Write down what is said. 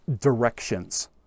directions